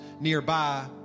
nearby